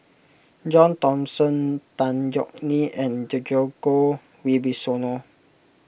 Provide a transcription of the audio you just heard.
John Thomson Tan Yeok Nee and Djoko Wibisono